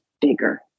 bigger